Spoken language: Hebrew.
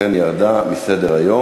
ולכן היא ירדה מסדר-היום.